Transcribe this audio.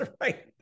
Right